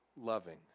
loving